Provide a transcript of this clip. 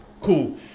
cool